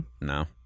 No